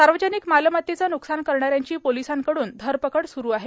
सार्वजनिक मालमत्तेचं नुकसान करणाऱ्यांची पोलिसांकडून धरपकड सुरू आहे